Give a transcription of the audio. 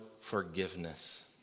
forgiveness